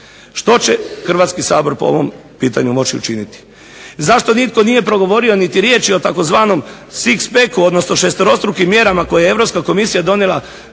Što će Hrvatski sabor po ovom pitanju moći učiniti? Zašto nitko nije progovorio niti riječi o tzv. "Six-packu" odnosno šesterostrukim mjerama koje je Europska komisija donijela